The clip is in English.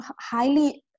highly